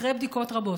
אחרי בדיקות רבות.